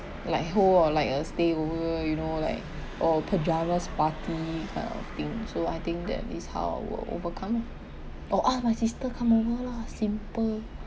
like whole ah like a stay over you know like or pyjamas party kind of thing so I think that is how I will overcome ah or ask my sister come over lah simple